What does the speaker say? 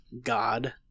God